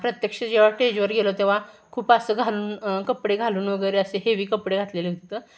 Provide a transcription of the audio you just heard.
प्रत्यक्ष जेव्हा टेजवर गेलो तेव्हा खूप असं घालून कपडे घालून वगैरे असे हेवी कपडे घातलेले होते तर